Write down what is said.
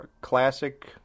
classic